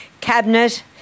cabinet